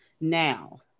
now